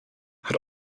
hat